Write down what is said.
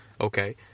okay